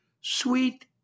sweet